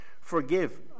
Forgive